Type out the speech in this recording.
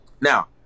Now